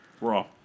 Raw